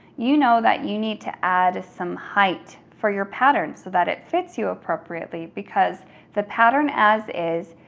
you know that you need to add some height for your pattern so that it fits you appropriately because the pattern as is,